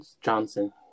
Johnson